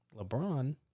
LeBron